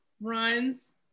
runs